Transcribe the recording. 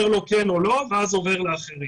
אומר לו כן או לא ואז עובר לאחרים.